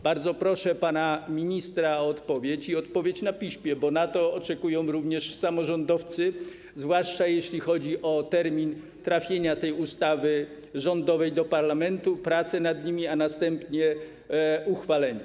Bardzo proszę pana ministra o odpowiedź na piśmie, bo tego oczekują również samorządowcy, zwłaszcza jeśli chodzi o termin trafienia tej ustawy rządowej do parlamentu, pracy nad nią, a następnie uchwalenia.